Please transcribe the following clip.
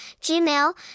Gmail